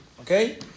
Okay